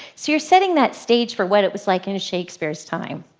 so you're setting that stage for what it was like in shakespeare's time.